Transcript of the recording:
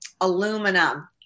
aluminum